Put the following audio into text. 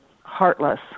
heartless